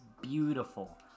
Beautiful